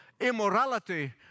immorality